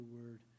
word